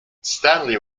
stanley